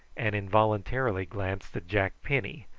and involuntarily glanced at jack penny,